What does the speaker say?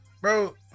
bro